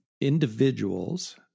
individuals